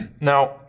Now